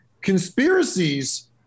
conspiracies